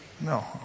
No